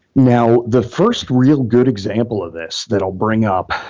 now the first real good example of this that i'll bring up,